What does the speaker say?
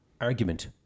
argument